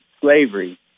slavery